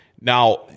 Now